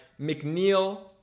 McNeil